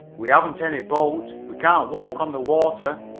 we haven't any boat, we can't walk on the water,